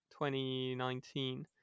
2019